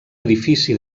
edifici